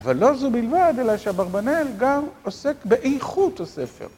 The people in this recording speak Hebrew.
אבל לא זו בלבד, אלא שאברבנאל גם עוסק באיכות הספר.